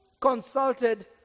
consulted